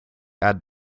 add